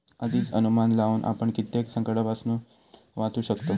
आधीच अनुमान लावुन आपण कित्येक संकंटांपासून वाचू शकतव